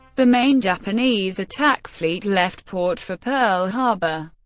the main japanese attack fleet left port for pearl harbor.